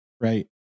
right